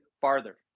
farther